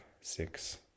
six